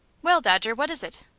well, dodger, what is it?